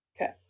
okay